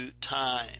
time